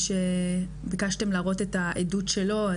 שביקשתם להראות את העדות שלו,